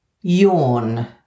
Yawn